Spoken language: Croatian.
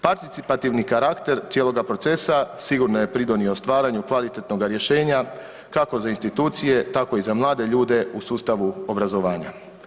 Participativni karakter cijeloga procesa sigurno je pridonio stvaranju kvalitetnoga rješenja kako za institucije tako i za mlade ljude u sustavu obrazovanja.